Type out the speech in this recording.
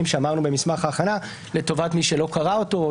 שאמרנו במסמך ההכנה לטובת מי שלא קרא אותו,